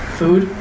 food